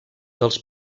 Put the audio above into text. dels